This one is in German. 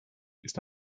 ist